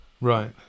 right